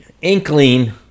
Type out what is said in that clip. inkling